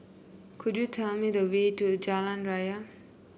could you tell me the way to Jalan Raya